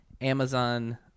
Amazon –